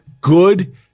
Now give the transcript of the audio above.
good